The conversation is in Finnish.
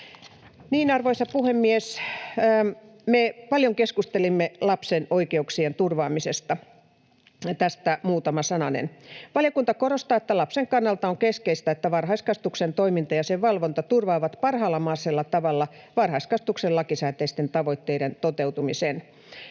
Arvoisa puhemies! Me paljon keskustelimme lapsen oikeuksien turvaamisesta — tästä muutama sananen. Valiokunta korostaa, että lapsen kannalta on keskeistä, että varhaiskasvatuksen toiminta ja sen valvonta turvaavat parhaalla mahdollisella tavalla varhaiskasvatuksen lakisääteisten tavoitteiden toteutumisen.